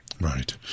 Right